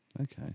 okay